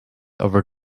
over